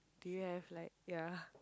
do you have like ya